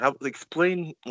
explain